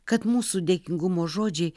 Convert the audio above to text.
kad mūsų dėkingumo žodžiai